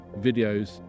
videos